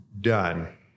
done